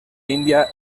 india